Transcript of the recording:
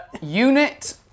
Unit